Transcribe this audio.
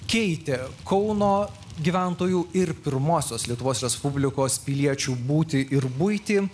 keitė kauno gyventojų ir pirmosios lietuvos respublikos piliečių būtį ir buitį